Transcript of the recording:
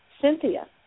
Cynthia